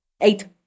Eight